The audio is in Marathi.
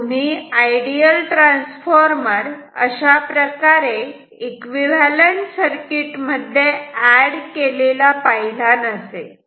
तुम्ही आयडियल ट्रान्सफॉर्मर अशा प्रकारे एकविव्हॅलंट सर्किट मध्ये एड केलेला पाहिला नसेल